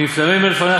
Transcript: וכשנפטרים מלפניך,